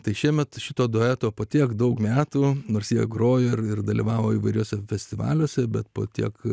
tai šiemet šito dueto po tiek daug metų nors jie grojo ir dalyvavo įvairiuose festivaliuose bet po tiek